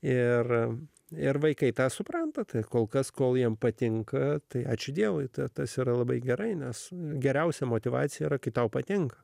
ir ir vaikai tą supranta tai kol kas kol jiems patinka tai ačiū dievui tas yra labai gerai nes geriausia motyvacija yra kai tau patinka